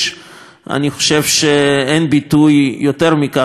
אני חושב שאין ביטוי יותר מכך מאשר "טובל